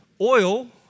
Oil